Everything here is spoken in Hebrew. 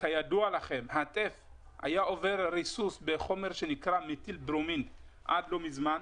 כידוע לכם הטף היה עובר ריסוס בחומר שנקרא מתיל ברומיד עד לא מזמן.